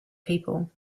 people